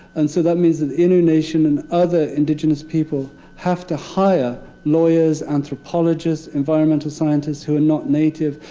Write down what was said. and so that means that the innu nation and other indigenous people have to hire lawyers, anthropologists, environmental scientists who are not native.